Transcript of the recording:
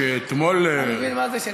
אתה מבין מה זה?